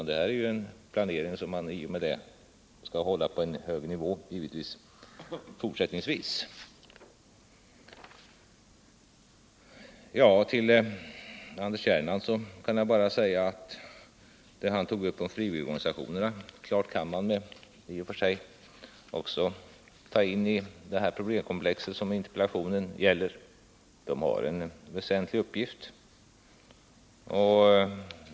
Det är givetvis en planering som man skall hålla på en hög nivå fortsättningsvis. Till Anders Gernandt vill jag säga att vad han tog upp om frivilligorganisationerna i och för sig också kan hänföras till det problemkomplex som interpellationen gäller. Dessa organisationer har en väsentlig uppgift.